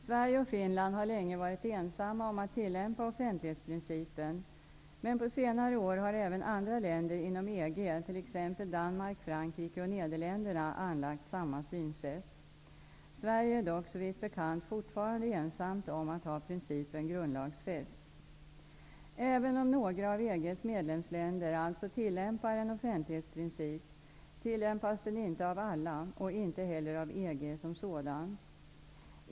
Sverige och Finland har länge varit ensamma om att tillämpa offentlighetsprincipen, men på senare år har även andra länder inom EG, t.ex. Danmark, Frankrike och Nederländerna, anlagt samma synsätt. Sverige är dock, såvitt bekant, fortfarande ensamt om att ha principen grundlagsfäst. Även om några av EG:s medlemsländer alltså tillämpar en offentlighetsprincip tillämpas den inte av alla och inte heller av EG som sådant.